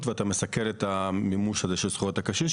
ואתה מסכל את המימוש של זכויות הקשיש.